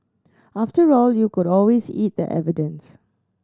after all you could always eat the evidence